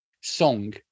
song